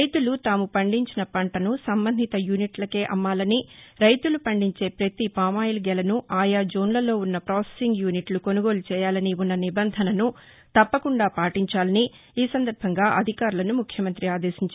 రైతులు తాము పండించిన పంటను సంబంధిత యూనిట్లకే అమ్మాలనిరైతులు పండించే పతి పామాయిల్ గెలను ఆయా జోన్లలో ఉన్న ప్రొసెసింగ్ యూనిట్లు కొనుగోలు చేయాలని ఉన్న నిబంధనను తప్పకుండా పాటించాలని ఈ సందర్భంగా అధికారులను ముఖ్యమంత్రి ఆదేశించారు